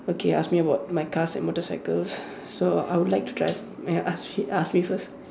okay ask me about my cars and motorcycles so I would like to drive ask me ask me first